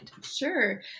Sure